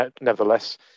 Nevertheless